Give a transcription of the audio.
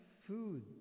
food